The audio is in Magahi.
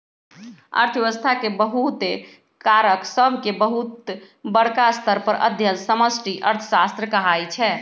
अर्थव्यवस्था के बहुते कारक सभके बहुत बरका स्तर पर अध्ययन समष्टि अर्थशास्त्र कहाइ छै